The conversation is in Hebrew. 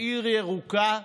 כעיר ירוקה,